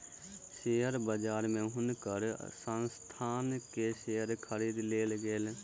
share बजार में हुनकर संस्थान के शेयर खरीद लेल गेल